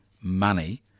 money